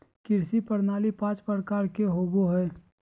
कृषि प्रणाली पाँच प्रकार के होबो हइ